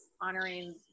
honoring